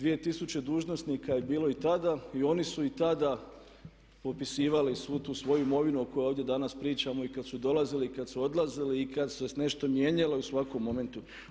2000 dužnosnika je bilo i tada i oni su i tada popisivali svu tu imovinu o kojoj ovdje danas pričamo i kad su dolazili i kad su odlazili i kad se nešto mijenjalo i u svakom momentu.